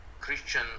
Christian